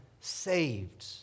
saved